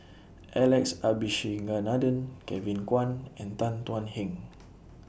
Alex Abisheganaden Kevin Kwan and Tan Thuan Heng